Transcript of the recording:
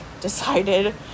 decided